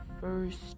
first